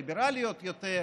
ליברליות יותר,